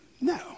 No